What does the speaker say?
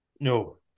No